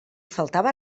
faltava